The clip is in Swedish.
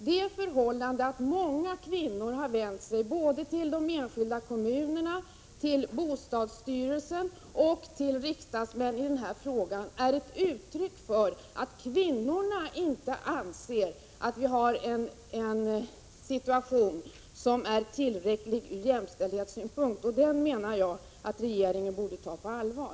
Det förhållandet att många kvinnor har vänt sig både till enskilda kommuner, bostadsstyrelsen och riksdagsmän i den här frågan är ett uttryck för att kvinnorna inte anser att situationen är tillfredsställande ur jämställdhetssynpunkt. Detta faktum menar jag att regeringen borde ta på allvar.